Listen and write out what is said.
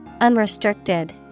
Unrestricted